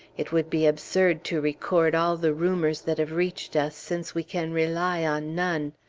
it would be absurd to record all the rumors that have reached us, since we can rely on none.